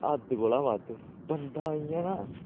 हद्द कोला बद्ध बंदा इ'यां ना